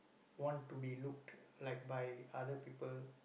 one to be looked like by other people